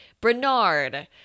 Bernard